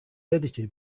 edited